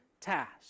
task